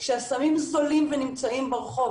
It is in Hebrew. שהסמים זולים ונמצאים ברחוב,